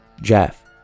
Jeff